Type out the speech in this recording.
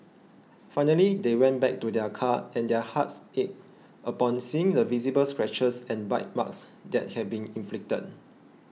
finally they went back to their car and their hearts ached upon seeing the visible scratches and bite marks that had been inflicted